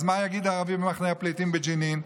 אז מה יגיד הערבי במחנה הפליטים בג'נין?